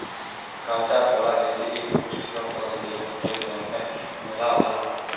কাঁচা কলা যেটি ইক পুষ্টিকর সবজি যেটা শরীর জনহে মেলা ভাল